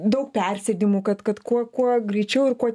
daug persėdimų kad kad kuo kuo greičiau ir kuo